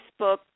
Facebook